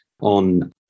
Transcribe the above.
on